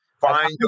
Find